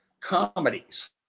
comedies